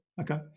Okay